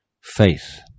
faith